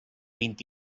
vint